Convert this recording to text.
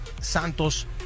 Santos